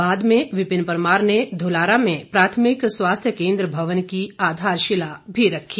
बाद में विपिन परमार ने धुलारा में प्राथमिक स्वास्थ्य केंद्र भवन की आधारशिला भी रखी